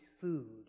food